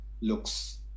looks